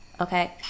okay